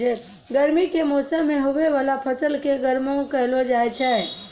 गर्मी के मौसम मे हुवै वाला फसल के गर्मा कहलौ जाय छै